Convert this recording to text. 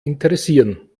interessieren